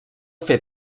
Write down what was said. fer